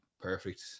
perfect